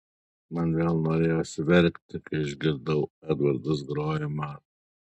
man vėl norėjosi verkti kai išgirdau edvardas groja man